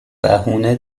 بهونه